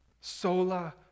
Sola